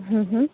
હ હ